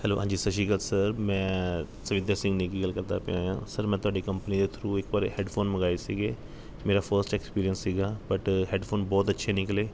hello ਹਾਂਜੀ Sat Sri Akal sir ਮੈਂ ਸੁਰਿੰਦਰ ਸਿੰਘ ਨੇਗੀ ਗੱਲ ਕਰਦਾ ਪਿਆ ਹਾਂ ਸਰ ਮੈਂ ਤੁਹਾਡੀ ਕੰਪਨੀ ਦੇ ਥਰੂ ਇੱਕ ਵਾਰ ਹੈਡਫੋਨ ਮੰਗਵਾਏ ਸੀਗੇ ਮੇਰਾ ਫਸਟ ਐਕਸਪੀਰੀਐਂਸ ਸੀਗਾ ਬੱਟ ਹੈਡਫੋਨ ਬਹੁਤ ਅੱਛੇ ਨਿਕਲੇ